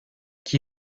qui